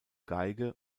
geige